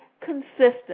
consistent